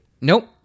nope